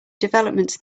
developments